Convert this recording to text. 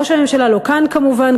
ראש הממשלה לא כאן, כמובן.